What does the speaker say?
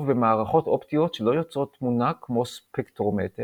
במערכות אופטיות שלא יוצרות תמונה כמו ספקטרומטר,